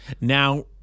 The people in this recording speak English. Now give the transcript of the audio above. Now